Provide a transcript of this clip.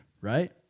right